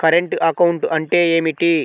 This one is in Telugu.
కరెంటు అకౌంట్ అంటే ఏమిటి?